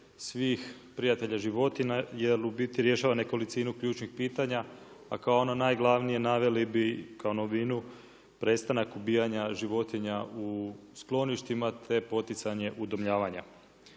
svih prijatelja životinja jer u biti rješava nekolicinu ključnih pitanja a kao ono najglavnije naveli bi kao novinu prestanak ubijanja životinja u skloništima te poticanje udomljavanja.